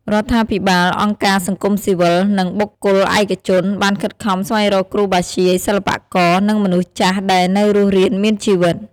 រដ្ឋាភិបាល អង្គការសង្គមស៊ីវិល និងបុគ្គលឯកជន បានខិតខំស្វែងរកគ្រូបាធ្យាយ សិល្បករ និងមនុស្សចាស់ដែលនៅរស់រានមានជីវិត។